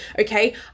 Okay